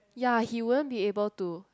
ya he won't be able to